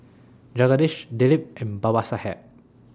Jagadish Dilip and Babasaheb